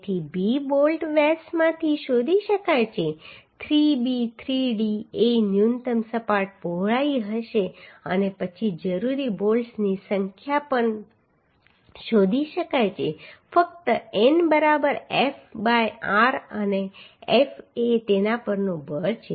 તેથી b bolt વ્યાસમાંથી શોધી શકાય છે 3b 3d એ ન્યૂનતમ સપાટ પહોળાઈ હશે અને પછી જરૂરી બોલ્ટ્સની સંખ્યા પણ શોધી શકાય છે જે ફક્ત n બરાબર F બાય R અને F એ તેના પરનું બળ છે